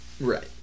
Right